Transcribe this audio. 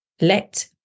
let